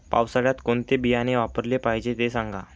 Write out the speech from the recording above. पावसाळ्यात कोणते बियाणे वापरले पाहिजे ते सांगा